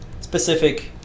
specific